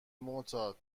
معتاد